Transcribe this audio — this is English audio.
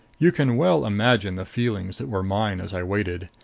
you can well imagine the feelings that were mine as i waited.